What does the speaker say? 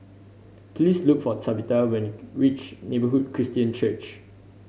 please look for Tabitha when you reach Neighbourhood Christian Church